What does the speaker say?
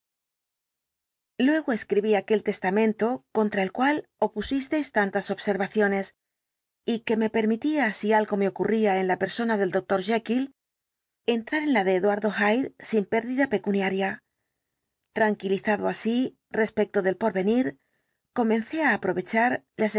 luego escribí aquel testamento contra el cual opusisteis tantas observaciones y que me permitía si algo me ocurría en la persona del doctor jekyll entrar en la de eduardo hyde sin pérdida pecuniaria tranquilizado así respecto del porvenir comencé á aprovechar